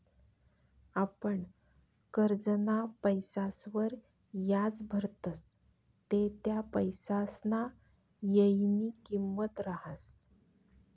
आपण करजंना पैसासवर याज भरतस ते त्या पैसासना येयनी किंमत रहास